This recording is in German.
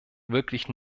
wirklich